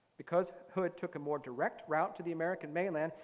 because hood took a more direct route to the american mainland,